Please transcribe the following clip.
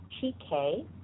P-K